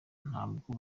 ntabwo